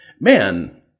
man